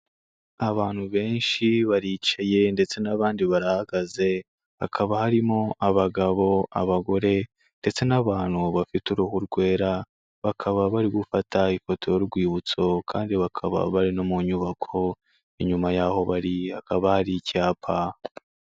Abantu benshi baricaye ndetse n'abandi barahagaze, hakaba harimo abagabo, abagore ndetse n'abantu bafite uruhu rwera, bakaba bari gufata ifoto y'urwibutso kandi bakaba bari no mu nyubako, inyuma y'aho hakaba hari icyapa.